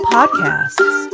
Podcasts